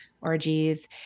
orgies